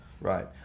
right